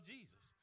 Jesus